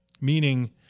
meaning